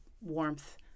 warmth